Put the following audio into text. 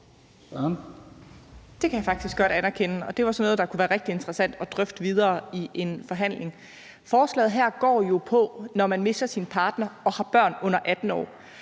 Det kan jeg faktisk godt anerkende, og det var sådan noget, der kunne være rigtig interessant at drøfte videre i en forhandling. Forslaget her handler om at miste sin partner og have børn under 18 år.